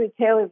Taylor